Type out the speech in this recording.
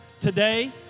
Today